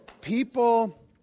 People